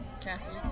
Cassie